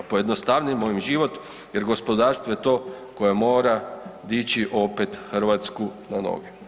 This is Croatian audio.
Pojednostavimo im život jer gospodarstvo je to koje mora dići opet Hrvatsku na noge.